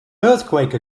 earthquake